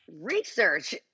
research